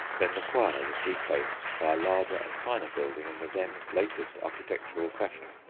then the choir was replaced by a larger and finer building in the then latest architectural fashion.